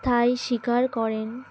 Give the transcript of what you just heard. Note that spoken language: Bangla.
তাই স্বীকার করেন